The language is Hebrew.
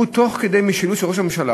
הוא, תוך כדי משילות של ראש הממשלה,